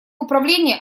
управления